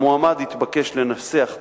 המועמד יתבקש לנסח טקסט,